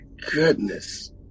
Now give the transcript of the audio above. goodness